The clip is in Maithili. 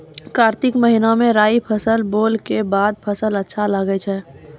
कार्तिक महीना मे राई फसल बोलऽ के बाद फसल अच्छा लगे छै